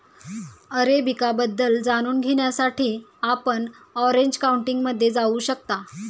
arabica बद्दल जाणून घेण्यासाठी आपण ऑरेंज काउंटीमध्ये जाऊ शकता